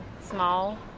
small